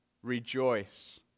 rejoice